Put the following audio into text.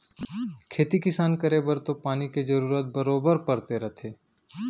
खेती किसान करे बर तो पानी के जरूरत बरोबर परते रथे